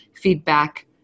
feedback